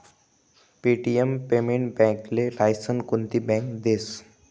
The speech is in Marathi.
पे.टी.एम पेमेंट बॅकले लायसन कोनती बॅक देस?